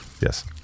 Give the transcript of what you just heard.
Yes